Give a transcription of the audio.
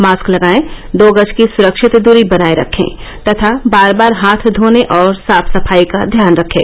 mask लगायें दो गज की सुरक्षित दूरी बनाये रखें तथा बार बार हाथ धोने और साफ सफाई का ध्यान रखें